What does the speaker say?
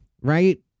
right